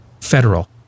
federal